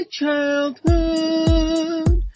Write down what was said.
childhood